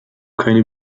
keine